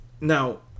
Now